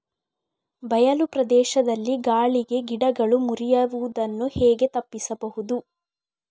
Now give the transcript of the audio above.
ಬಯಲು ಪ್ರದೇಶದಲ್ಲಿ ಗಾಳಿಗೆ ಗಿಡಗಳು ಮುರಿಯುದನ್ನು ಹೇಗೆ ತಪ್ಪಿಸಬಹುದು?